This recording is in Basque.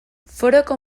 foroko